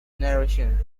narration